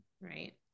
Right